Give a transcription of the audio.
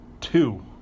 two